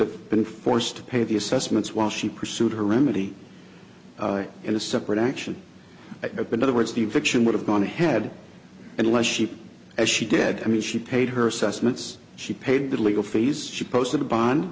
have been forced to pay the assessments while she pursued her remedy and a separate action at other words the fiction would have gone ahead and less cheap as she did i mean she paid her assessments she paid the legal fees she posted bond